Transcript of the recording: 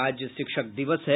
और आज शिक्षक दिवस है